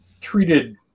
treated